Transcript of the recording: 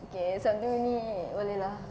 okay sabtu ni boleh lah